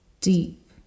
deep